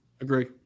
agree